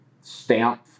stamp